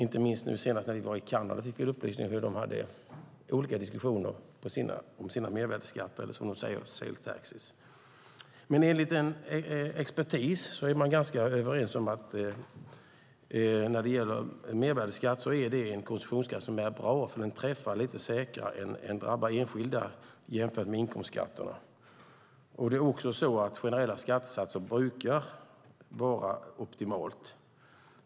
När vi i utskottet nyligen var i Kanada fick vi upplysningar om hur de hade olika diskussioner om sina mervärdesskatter, eller sales taxes, som de säger. Expertisen är ganska överens om att mervärdesskatten är en bra konsumtionsskatt eftersom den träffar säkrare vad gäller enskilda än inkomstskatterna. Generella skattesatser brukar vara optimala.